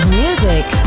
music